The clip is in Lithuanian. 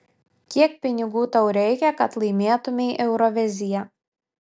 kiek pinigų tau reikia kad laimėtumei euroviziją